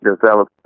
develop